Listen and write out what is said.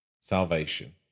salvation